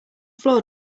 floor